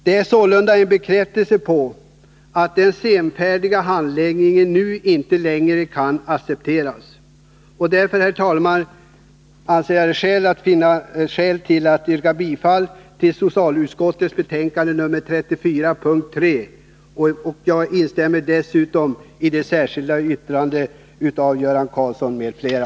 Detta är sålunda en bekräftelse på att den senfärdiga handläggningen nu inte längre kan accepteras. Därför anser jag, herr talman, att det finns skäl att yrka bifall till hemställan i socialutskottets betänkande 34, mom. 3. Jag instämmer dessutom i det särskilda yttrandet av Göran Karlsson m.fl.